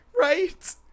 right